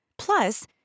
Plus